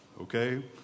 okay